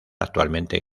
actualmente